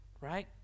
right